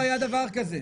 לא היה דבר כזה,